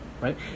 right